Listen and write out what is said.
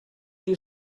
die